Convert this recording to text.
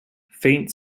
faint